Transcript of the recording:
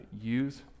use